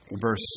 verse